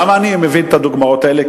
למה אני מביא את הדוגמאות האלה?